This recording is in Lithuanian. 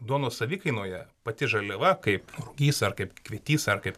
duonos savikainoje pati žaliava kaip rugys ar kaip kvietys ar kaip